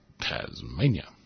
Tasmania